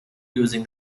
using